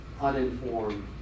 uninformed